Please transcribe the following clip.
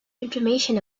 information